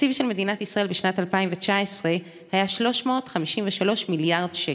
התקציב של מדינת ישראל בשנת 2019 היה 353 מיליארד שקל.